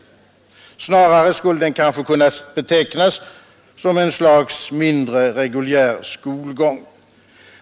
Snarare skulle den kanske kunna betecknas som ett slags mindre reguljär skolgång.